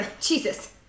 Jesus